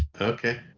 okay